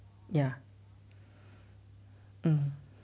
ya err okay